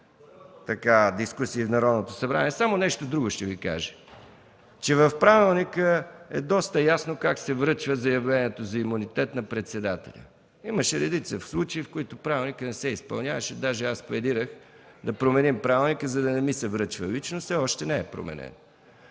дискусии в Народното събрание. Само нещо друго ще Ви кажа – че в правилника е доста ясно как се връчва заявлението за имунитет на председателя. Имаше редица случаи, в които правилникът не се изпълняваше. Даже аз пледирах да го променим, за да не ми се връчва лично – все още не е променен.